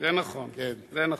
זה נכון, זה נכון.